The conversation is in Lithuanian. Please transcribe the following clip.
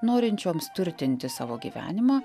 norinčioms turtinti savo gyvenimą